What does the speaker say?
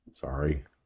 Sorry